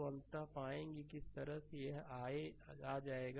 तो अंततः पाएंगे कि इस तरह से यह आ जाएगा